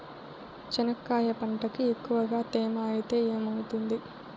చెనక్కాయ పంటకి ఎక్కువగా తేమ ఐతే ఏమవుతుంది?